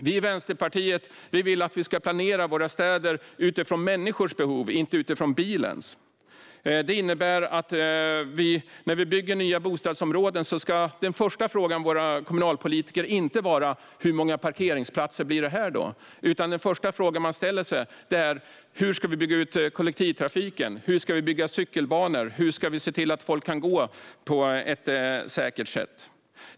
Vi i Vänsterpartiet vill att vi ska planera våra städer utifrån människors behov och inte utifrån bilens. Det innebär att när vi bygger nya bostadsområden ska den första frågan från våra kommunalpolitiker inte vara: Hur många parkeringsplatser blir det här? Den första frågan man ställer sig ska vara: Hur ska vi bygga ut kollektivtrafiken? Hur ska vi bygga cykelbanor? Hur ska vi se till att människor kan gå på ett säkert sätt?